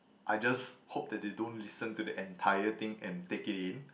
I just hope that they don't listen to the entire thing and take it in